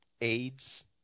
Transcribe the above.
AIDS